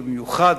ובמיוחד